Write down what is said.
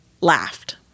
laughed